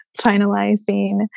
finalizing